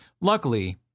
Luckily